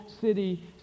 city